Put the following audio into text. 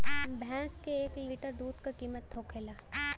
भैंस के एक लीटर दूध का कीमत का होखेला?